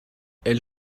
elle